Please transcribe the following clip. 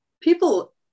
people